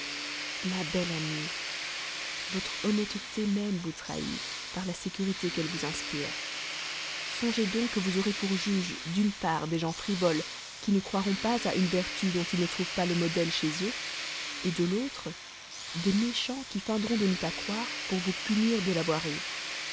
ma belle amie votre honnêteté même vous trahit par la sécurité qu'elle vous inspire songez donc que vous aurez pour juges d'une part des gens frivoles qui ne croiront pas à une vertu dont ils ne trouvent pas le modèle chez eux de l'autre des méchants qui feindront de n'y pas croire pour vous punir de l'avoir eue